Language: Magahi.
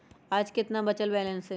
आज केतना बचल बैलेंस हई?